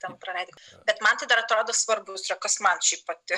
ten praleidi bet man tai dar atrodo svarbu kas man šiaip vat